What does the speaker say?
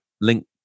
link